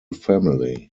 family